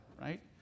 right